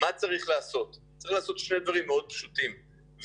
צריך לעשות שני דברים מאוד פשוטים,